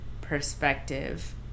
perspective